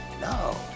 no